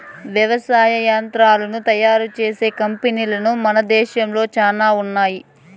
వ్యవసాయ యంత్రాలను తయారు చేసే కంపెనీలు మన దేశంలో చానా ఉన్నాయి